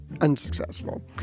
unsuccessful